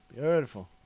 Beautiful